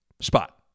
spot